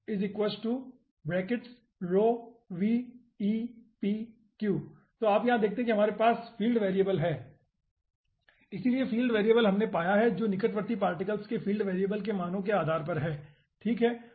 तो यहाँ आप देखते हैं कि क्या हमारे पास फील्ड वेरिएबल है इसलिए फील्ड वेरिएबल हमने पाया है जो निकटवर्ती पार्टिकल्स के फील्ड वेरिएबल के मानों के आधार पर है ठीक है